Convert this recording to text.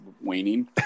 waning